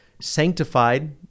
sanctified